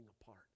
apart